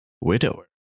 Widower